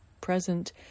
present